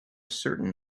certain